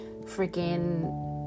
freaking